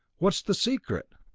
what's the secret?